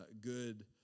good